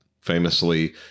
famously